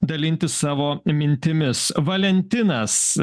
dalintis savo mintimis valentinas